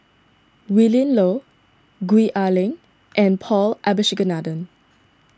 Willin Low Gwee Ah Leng and Paul Abisheganaden